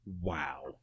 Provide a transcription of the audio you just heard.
Wow